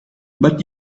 but